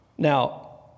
Now